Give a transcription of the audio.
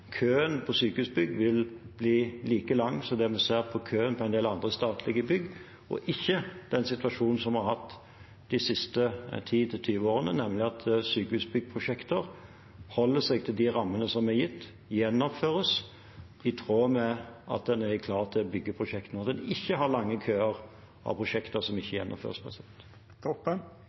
køen av sykehusbygg vil bli like lang som det vi ser at køen av en del andre statlige bygg er – og ikke den situasjonen som vi har hatt de siste ti–tjue årene, nemlig at sykehusbyggprosjekter holder seg til de rammene som er gitt, gjennomføres i tråd med at man er klar til å bygge prosjektene, og at man ikke har lange køer av prosjekter som ikke gjennomføres.